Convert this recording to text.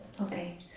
Okay